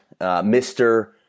Mr